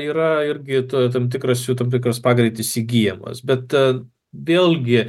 yra irgi turi tam tikrą tam tikras pagreitis įgyjamas bet vėlgi